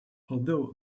although